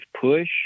push